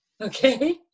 Okay